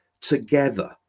together